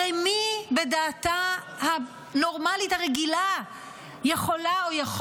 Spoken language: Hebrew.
הרי מי בדעתה הנורמלית הרגילה יכולה או יכול